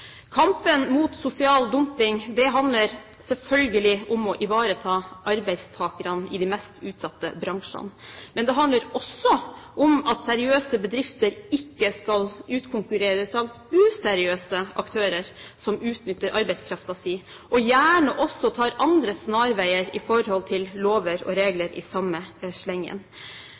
Kampen mot sosial dumping handler selvfølgelig om å ivareta arbeidstakerne i de mest utsatte bransjene. Men det handler også om at seriøse bedrifter ikke skal utkonkurreres av useriøse aktører som utnytter arbeidskraften sin og gjerne også tar snarveier i forhold til lover og regler i samme slengen.